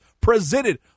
presented